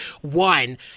one